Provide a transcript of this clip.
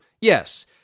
yes